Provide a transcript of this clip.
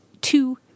two